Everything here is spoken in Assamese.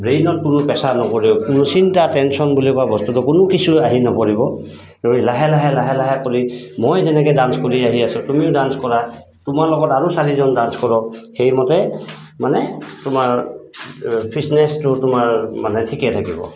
ব্ৰেইনত কোনো প্ৰেচাৰ নপৰিব কোনো চিন্তা টেনচন বুলি কোৱা বস্তুটো কোনো কিছু আহি নপৰিব তুমি লাহে লাহে লাহে লাহে কৰি মই যেনেকৈ ডান্স কৰি আহি আছো তুমিও ডান্স কৰা তোমাৰ লগত আৰু চাৰিজন ডান্স কৰক সেইমতে মানে তোমাৰ ফিটনেছটো তোমাৰ মানে ঠিকে থাকিব